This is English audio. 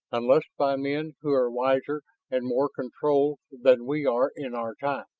unless by men who are wiser and more controlled than we are in our time.